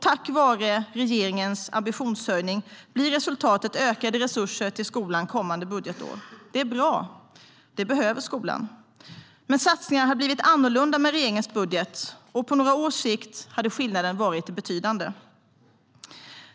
Tack vare regeringens ambitionshöjning blir resultatet ökade resurser till skolan kommande budgetår. Det är bra; det behöver skolan. Men satsningarna hade blivit annorlunda med regeringens budget, och på några års sikt hade skillnaden varit betydande.